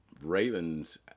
Ravens